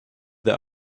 the